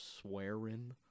swearing